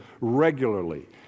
regularly